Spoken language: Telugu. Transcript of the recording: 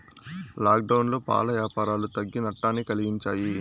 లాక్డౌన్లో పాల యాపారాలు తగ్గి నట్టాన్ని కలిగించాయి